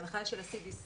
ההנחה של ה-CDC